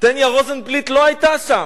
טניה רוזנבליט לא היתה שם,